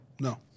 No